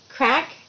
Crack